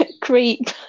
creep